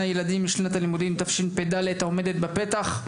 הילדים לשנת הלימודים תשפ"ד העומדת בפתח.